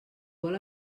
vol